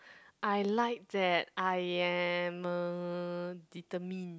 I like that I am uh determined